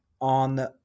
on